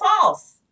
false